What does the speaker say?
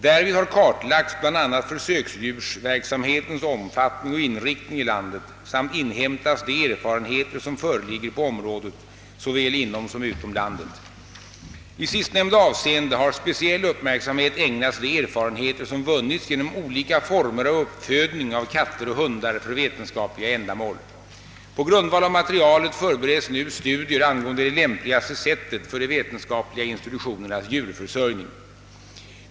Därvid har kartlagts bl.a. försöksdjursverksamhetens omfattning och inriktning i landet samt inhämtats de erfarenheter som föreligger på området såväl inom som utom landet. I sistnämnda avseende har speciell uppmärksamhet ägnats de erfarenheter, som vunnits genom olika former av uppfödning av katter och hundar för vetenskapliga ändamål. På grundval av materialet förbereds nu studier angående det lämpligaste sättet för de vetenskapliga institutionernas djurförsörjning.